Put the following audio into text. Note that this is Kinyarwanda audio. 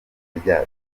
rya